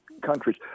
countries